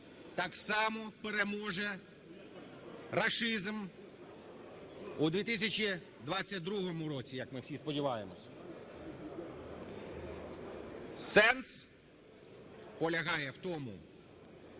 так само переможе рашизм в 2022 році, як ми всі сподіваємося. Сенс полягає в тому,